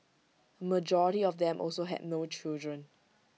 A majority of them also had no children